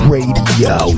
Radio